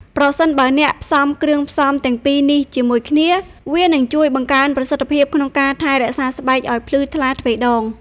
ប្រសិនបើអ្នកផ្សំគ្រឿងផ្សំទាំងពីរនេះជាមួយគ្នា វានឹងជួយបង្កើនប្រសិទ្ធភាពក្នុងការថែរក្សាស្បែកឲ្យភ្លឺថ្លាទ្វេដង។